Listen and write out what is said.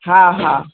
हा हा